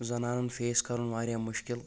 زنانن فیس کرُن واریاہ مُشکِل